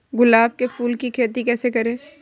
गुलाब के फूल की खेती कैसे करें?